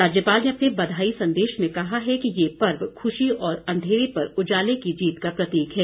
राज्यपाल ने अपने बधाई संदेश में कहा कि ये पर्व खुशी और अंधेरे पर उजाले की जीत का प्रतीक है